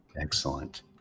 excellent